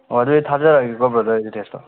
ꯍꯣꯏ ꯑꯗꯨꯗꯤ ꯊꯥꯖꯔꯛꯑꯒꯦꯀꯣ ꯕ꯭ꯔꯗꯔ ꯑꯦꯗ꯭ꯔꯦꯁꯇꯣ